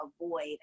avoid